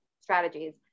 strategies